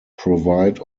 provide